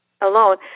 alone